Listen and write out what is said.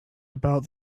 about